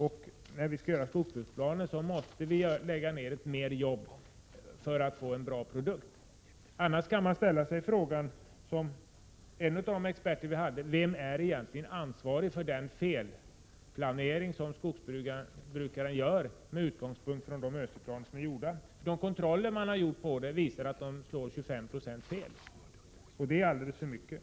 För att få en bra produkt måste man lägga ner mer arbete när man upprättar skogsbruksplaner. Man kan annars göra som en av experterna gjorde, nämligen fråga vem som egentligen är ansvarig för den felplanering som skogsbrukaren gör med utgångspunkt i de ÖSI-planer som är upprättade. Genomförda kontroller visar att dessa planer slår 25 96 fel, och det är alldeles för mycket.